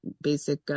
basic